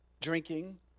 drinking